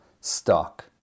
stock